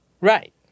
Right